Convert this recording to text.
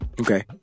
Okay